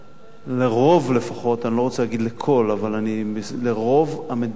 לא רוצה להגיד לכל, לרוב המדינות המערביות,